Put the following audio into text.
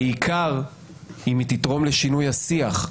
בעיקר אם היא תתרום לשינוי השיח,